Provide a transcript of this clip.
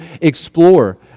explore